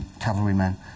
cavalrymen